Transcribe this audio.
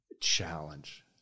Challenge